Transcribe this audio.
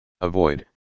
Avoid